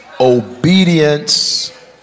Obedience